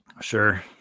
Sure